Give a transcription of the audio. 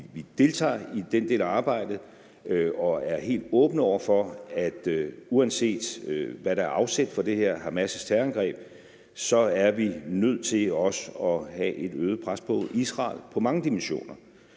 vi deltager i den del af arbejdet, og vi er helt åbne over for, at vi, uanset hvad der er afsættet for Hamas' terrorangreb, så også er nødt til at have et øget pres på Israel inden for mange dimensioner.